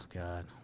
God